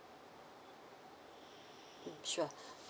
mm sure